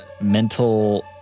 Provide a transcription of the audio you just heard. mental